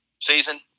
season